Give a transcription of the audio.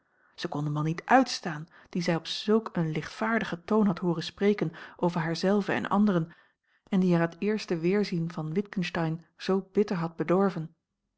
zij kon den man niet uitstaan dien zij op zulk een lichtvaardigen toon had hooren spreken over haar zelve en anderen en die haar het eerste weerzien van witgensteyn zoo bitter had bedorven